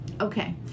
Okay